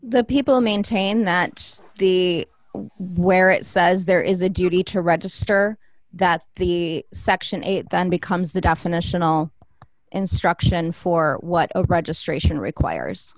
the people maintain that the where it says there is a duty to register that the section eight then becomes the definitional instruction for what registration requires